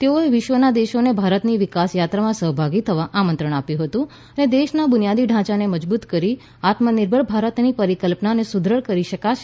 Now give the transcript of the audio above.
તેઓએ વિશ્વના દેશોને ભારતની વીકાસ યાત્રામાં સહભાગી થવા આમંત્રણ આપ્યું હતું અને દેશના બુનિયાદી ઢાંચાને મજબુત કરી આત્મનિર્ભર ભારતની પરીકલ્પનાને સુદૃઢ કરી શકાશે